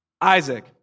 Isaac